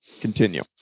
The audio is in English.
Continue